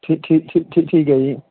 ਠੀਕ ਹੈ ਜੀ